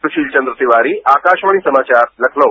सुशील चन्द्र तिवारी आकाशवाणी समाचार लखनऊ